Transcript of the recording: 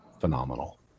phenomenal